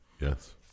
Yes